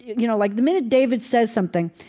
you know, like the minute david says something,